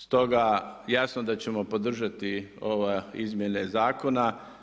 Stoga jasno da ćemo podržati ove izmjene zakona.